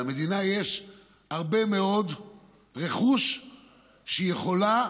למדינה יש הרבה מאוד רכוש שהיא יכולה,